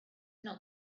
not